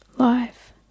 Life